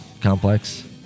Complex